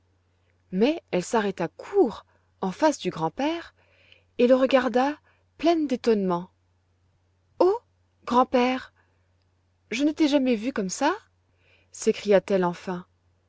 mais elle s'arrêta court en face du grand-père et le regarda pleine d'étonnement oh grand-père je ne t'ai jamais vu comme ça s'écria-t-elle enfin